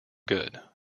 good